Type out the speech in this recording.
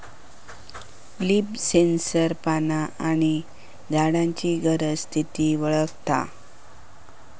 leaf sensor पाना आणि झाडांची गरज, स्थिती वळखता